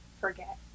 forget